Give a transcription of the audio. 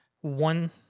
one